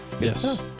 yes